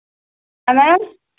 हाँ मैम